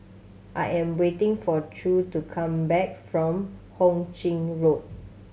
I am waiting for True to come back from Ho Ching Road